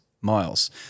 miles